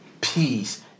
peace